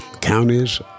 counties